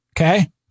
Okay